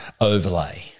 overlay